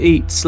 Eat